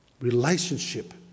Relationship